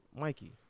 Mikey